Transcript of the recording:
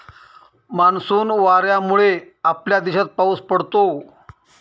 monsoon वाऱ्यांमुळे आपल्या देशात पाऊस पडतो